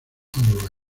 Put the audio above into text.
alright